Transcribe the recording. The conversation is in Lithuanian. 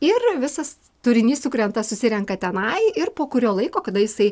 ir visas turinys sukrenta susirenka tenai ir po kurio laiko kada jisai